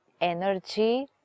energy